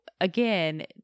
again